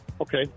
Okay